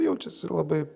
jaučiasi labai